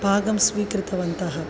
भागं स्वीकृतवन्तः